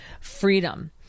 Freedom